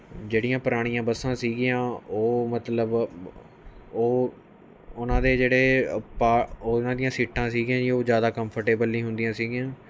ਜਿਹੜੀਆਂ ਪੁਰਾਣੀਆਂ ਬੱਸਾਂ ਸੀਗੀਆਂ ਉਹ ਮਤਲਬ ਉਹ ਉਹਨਾਂ ਦੇ ਜਿਹੜੇ ਪਾ ਉਹਨਾਂ ਦੀਆਂ ਸੀਟਾਂ ਸੀਗੀਆਂ ਜੀ ਉਹ ਜ਼ਿਆਦਾ ਕੰਫਰਟੇਬਲ ਨੀ ਹੁੰਦੀਆਂ ਸੀਗੀਆਂ